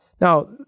Now